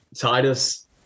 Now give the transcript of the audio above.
Titus